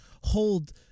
hold